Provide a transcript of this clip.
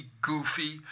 goofy